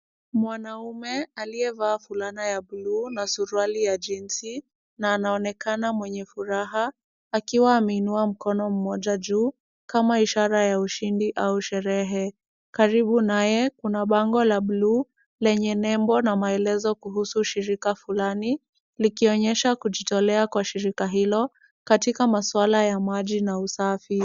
Mwanaume, aliye vaa fulana ya blue na siruali ya jensi na anaonekana mwenye furaha akiwa ameinua mkono mmoja juu kama ishara ya ushindi au sherehe. Karibu naye kuna bango la blue lenye nembo na maelezo kuhusu shirika fulani likionyesha kujitolea kwa shirika hilo katika masuala ya maji na usafi.